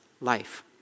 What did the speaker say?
life